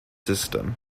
system